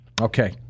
Okay